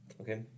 Okay